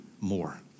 more